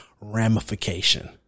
ramification